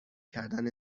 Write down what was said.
کردن